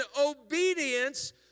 obedience